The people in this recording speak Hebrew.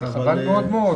חבל מאוד,